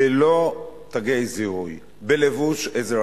ללא תגי זיהוי, בלבוש אזרחי.